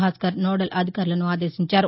Bhaskar nodal అధికారులను ఆదేశించారు